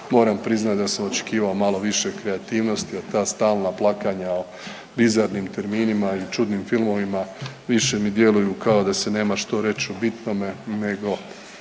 moram priznat da sam očekivao malo više kreativnost, a ta stalna plakanja o bizarnim terminima i čudnim filmovima više mi djeluju kao da se nema što reć o bitnome nego